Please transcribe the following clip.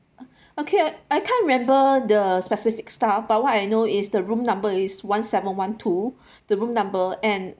I can't I can't remember the specific staff but what I know is the room number is one seven one two the room number and